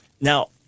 Now